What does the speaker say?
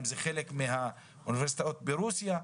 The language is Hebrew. אם זה חלק מהאוניברסיטאות ברוסיה,